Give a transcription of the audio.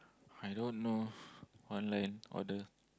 I don't know online order